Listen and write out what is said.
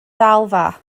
ddalfa